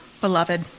beloved